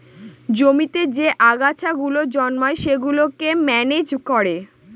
জমিতে যে আগাছা গুলো জন্মায় সেগুলোকে ম্যানেজ করে